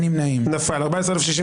הצבעה לא אושרה נפל.